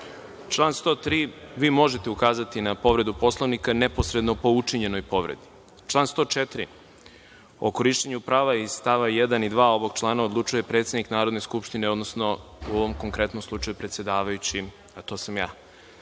član 103, vi možete ukazati na povredu Poslovnika neposredno po učinjenoj povredi. Član 104. o korišćenju prava iz stava 1. i 2. ovog člana odlučuje predsednik Narodne skupštine, odnosno u ovom konkretnom slučaju predsedavajući, a to sam